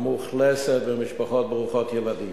המאוכלסת במשפחות ברוכות ילדים.